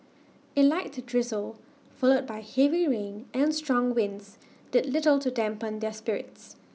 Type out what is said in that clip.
A light drizzle followed by heavy rain and strong winds did little to dampen their spirits